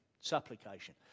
Supplication